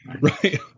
Right